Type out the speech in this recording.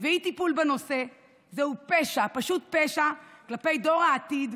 ואי-טיפול בנושא הם פשע, פשוט פשע כלפי דור העתיד,